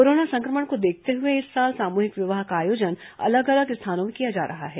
corona संक्रमण को देखते हुए इस साल सामूहिक विवाह का आयोजन अलग अलग स्थानों में किया जा रहा है